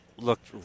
looked